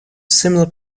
similar